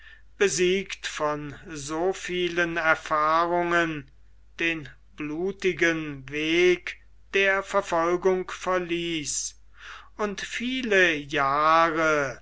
besiegt von so vielen erfahrungen den blutigen weg der verfolgung verließ und viele jahre